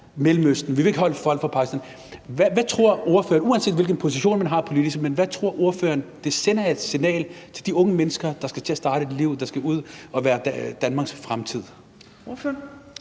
Mellemøsten, Pakistan, Tyrkiet. Hvad tror ordføreren, uanset hvilken position man har politisk, det sender af signal til de unge mennesker, der skal til at starte et liv, og der skal ud at være Danmarks fremtid?